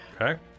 Okay